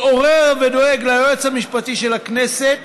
מתעורר ודואג ליועץ המשפטי של הכנסת